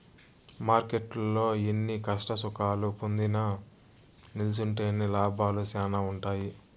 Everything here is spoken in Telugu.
మార్కెట్టులో ఎన్ని కష్టసుఖాలు పొందినా నిల్సుంటేనే లాభాలు శానా ఉంటాయి